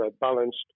balanced